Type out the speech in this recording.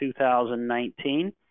2019